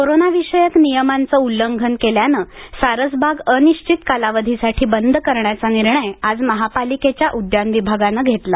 कोरोनाविषयक नियमांचं उल्लंघन केल्यानं सारसवाग अनिश्चित कालावधीसाठी बंद करण्याचा निर्णय आज महापालिकेच्या उद्यान विभागानं घेतला